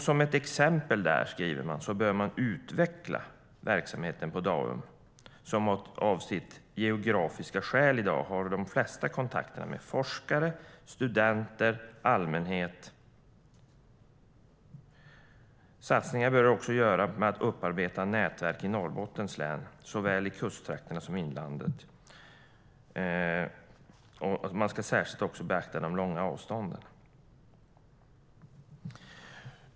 Som ett exempel på det skriver man att man behöver utveckla verksamheten på Daum som av geografiska skäl i dag har de flesta kontakterna med forskare, studenter och allmänhet. Satsningar bör också göras för att upparbeta nätverk i Norrbottens län, såväl i kusttrakterna som i inlandet. Man ska även särskilt beakta de långa avstånden.